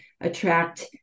attract